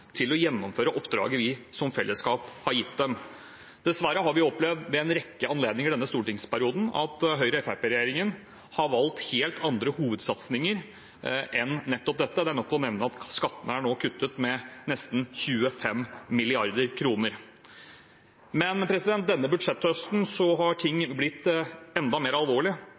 til å gjennomføre oppdraget vi som fellesskap har gitt dem. Dessverre har vi opplevd ved en rekke anledninger i denne stortingsperioden at Høyre–Fremskrittsparti-regjeringen har valgt helt andre hovedsatsinger enn nettopp dette. Det er nok å nevne at skattene nå er kuttet med nesten 25 mrd. kr. Men denne budsjetthøsten har ting blitt enda mer